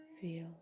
feel